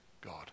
God